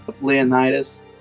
Leonidas